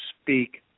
speak